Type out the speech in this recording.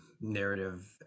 narrative